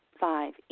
Five